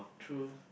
true